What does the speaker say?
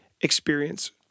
experience